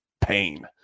pain